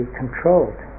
controlled